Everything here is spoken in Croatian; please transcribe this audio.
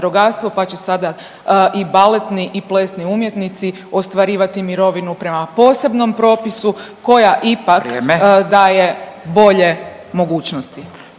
pa će sada i baletni i plesni umjetnici ostvarivati mirovinu prema posebnom propisu …/Upadica Radin: Vrijeme./…